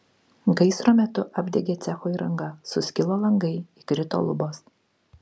gaisro metu apdegė cecho įranga suskilo langai įkrito lubos